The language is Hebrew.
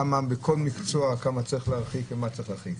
כמה בכל מקצוע צריך להרחיק ומה צריך להרחיק,